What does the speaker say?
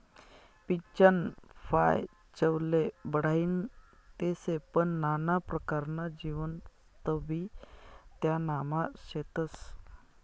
पीचनं फय चवले बढाईनं ते शे पन नाना परकारना जीवनसत्वबी त्यानामा शेतस